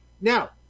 Now